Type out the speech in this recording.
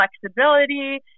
flexibility